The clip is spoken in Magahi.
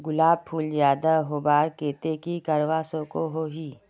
गुलाब फूल ज्यादा होबार केते की करवा सकोहो ही?